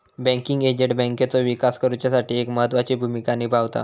banking agent बँकेचो विकास करुच्यासाठी एक महत्त्वाची भूमिका निभावता